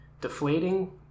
Deflating